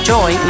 Joy